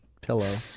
pillow